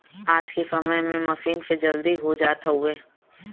आज के समय में मसीन से जल्दी हो जात हउवे